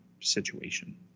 situation